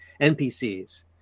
NPCs